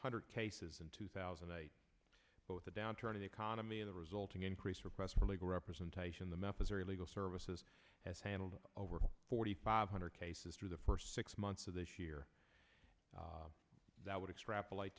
hundred cases in two thousand and eight both the downturn in the economy and the resulting increase requests for legal representation the methods are legal services has handled over forty five hundred cases through the first six months of this year that would extrapolate